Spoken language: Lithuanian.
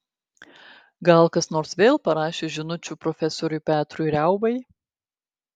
gal kas nors vėl parašė žinučių profesoriui petrui riaubai